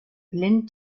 lehnt